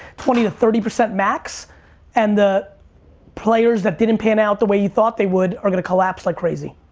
twenty to thirty percent max and the players that didn't pan out the way you thought they would are gonna collapse like crazy